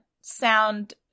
sound